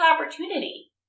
opportunity